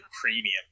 premium